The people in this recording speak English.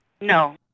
No